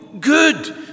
good